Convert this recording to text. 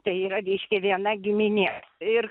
tai yra reiškia viena giminė ir